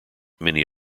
many